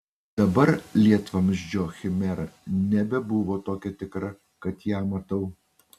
dabar lietvamzdžio chimera nebebuvo tokia tikra kad ją matau